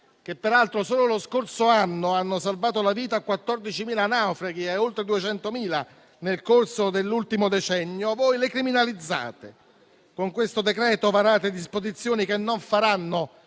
che peraltro solo lo scorso anno hanno salvato la vita a 14.000 naufraghi e a oltre 200.000 nel corso dell'ultimo decennio, voi le criminalizzate. Con questo decreto varate disposizioni che non faranno